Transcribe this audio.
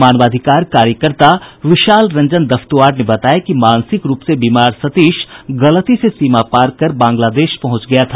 मानवाधिकार कार्यकर्ता विशाल रंजन दफ्तुआर ने बताया कि मानसिक रूप से बीमार सतीश गलती से सीमा पार कर बांग्लादेश पहुंच गया था